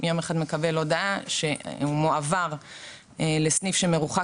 יום אחד מקבל הודעה שהוא מועבר לסניף שרחוק